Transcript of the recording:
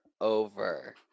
over